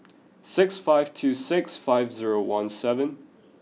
six five two six five zero one seven